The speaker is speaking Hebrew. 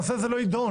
הנושא הזה לא ידון.